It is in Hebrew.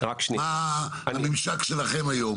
מה הממשק שלכם היום.